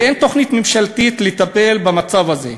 ואין תוכנית ממשלתית לטפל במצב הזה.